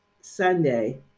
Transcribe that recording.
sunday